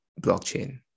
blockchain